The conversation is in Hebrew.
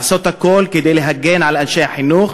לעשות הכול כדי להגן על אנשי החינוך,